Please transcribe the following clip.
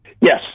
Yes